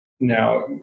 Now